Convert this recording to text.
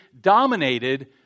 dominated